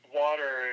water